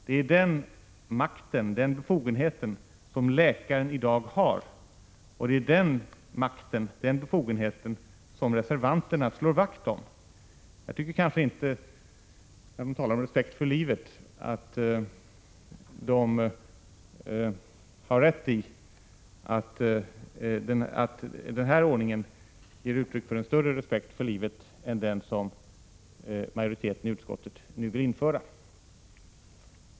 Det är den makten och befogenheten som läkaren i dag har, och det är den makten som reservanterna slår vakt om. Jag tycker inte att den ordningen ger uttryck för en större respekt för livet än den som majoriteten i utskottet nu vill införa.